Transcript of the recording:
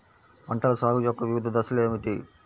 పంటల సాగు యొక్క వివిధ దశలు ఏమిటి?